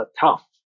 tough